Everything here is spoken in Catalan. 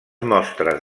mostres